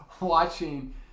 watching –